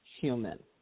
human